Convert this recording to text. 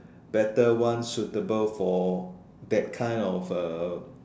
better ones suitable for that kind of uh